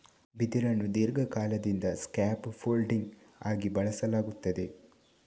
ಬಿದಿರನ್ನು ದೀರ್ಘಕಾಲದಿಂದ scaffolding ಆಗಿ ಬಳಸಲಾಗುತ್ತದೆ